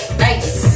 nice